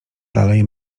dalej